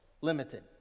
limited